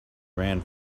ran